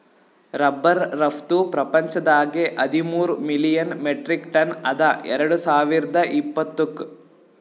rubber ರಫ್ತು ಪ್ರಪಂಚದಾಗೆ ಹದಿಮೂರ್ ಮಿಲಿಯನ್ ಮೆಟ್ರಿಕ್ ಟನ್ ಅದ ಎರಡು ಸಾವಿರ್ದ ಇಪ್ಪತ್ತುಕ್